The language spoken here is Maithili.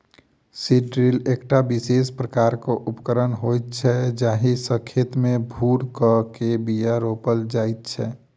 सीड ड्रील एकटा विशेष प्रकारक उपकरण होइत छै जाहि सॅ खेत मे भूर क के बीया रोपल जाइत छै